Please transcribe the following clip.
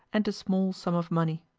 and a small sum of money.